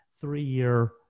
three-year